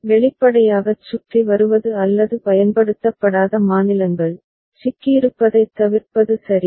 எனவே வெளிப்படையாகச் சுற்றி வருவது அல்லது பயன்படுத்தப்படாத மாநிலங்கள் சிக்கியிருப்பதைத் தவிர்ப்பது சரி